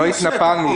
לא התנפלנו.